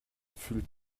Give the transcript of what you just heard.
fühlt